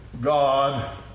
God